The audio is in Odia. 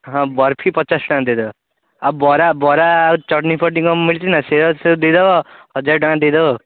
ହଁ ବର୍ଫି ପଚାଶ ଟଙ୍କା ଦେଇଦେବ ଆଉ ବରା ବରା ଆଉ ଚଟଣି ଫଟଣି କ'ଣ ମିଳୁଛି ନା ଦେଇଦେବ ହଜାରେ ଟଙ୍କାରେ ଦେଇଦେବ